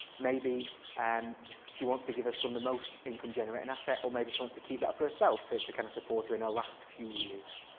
maybe and she she wants to give her son the most income generating asset or maybe she wants to keep that for herself to to kind of support her in her last few years.